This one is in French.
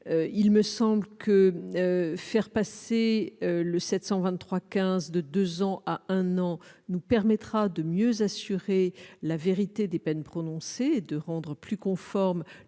du code de procédure pénale de deux ans à un an nous permettra de mieux assurer la vérité des peines prononcées et de rendre plus conforme